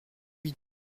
huit